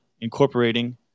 incorporating